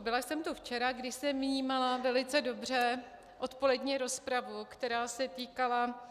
Byla jsem tu včera, kdy jsem vnímala velice dobře odpolední rozpravu, která se týkala